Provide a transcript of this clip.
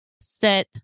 set